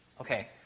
Okay